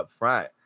upfront